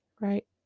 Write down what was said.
right